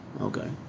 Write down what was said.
Okay